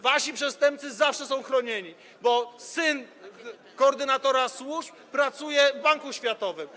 Wasi przestępcy zawsze są chronieni, bo syn koordynatora służb pracuje w Banku Światowym.